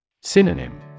Synonym